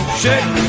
shake